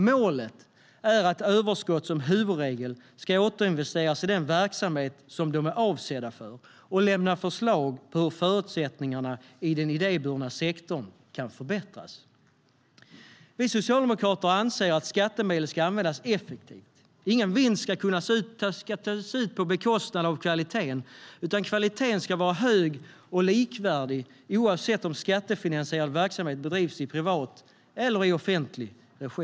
Målet är att överskott som huvudregel ska återinvesteras i den verksamhet som de är avsedda för, och utredningen ska lämna förslag på hur förutsättningarna i den idéburna sektorn kan förbättras. Vi socialdemokrater anser att skattemedel ska användas effektivt. Ingen vinst ska kunna tas ut på bekostnad av kvaliteten, utan kvaliteten ska vara hög och likvärdig, oavsett om skattefinansierad verksamhet bedrivs i privat eller i offentlig regi.